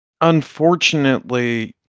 Unfortunately